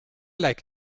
like